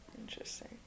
Interesting